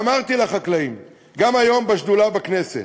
ואמרתי לחקלאים, גם היום בשדולה בכנסת,